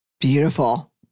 beautiful